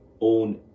own